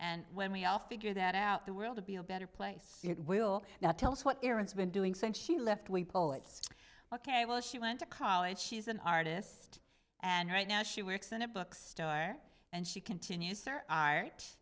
and when we all figure that out the world to be a better place will now tell us what aaron's been doing since she left we poets ok well she went to college she's an artist and right now she works in a bookstore and she continues her art